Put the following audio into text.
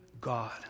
God